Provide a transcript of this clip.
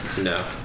No